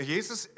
Jesus